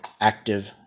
active